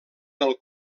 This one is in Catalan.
del